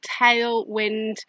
tailwind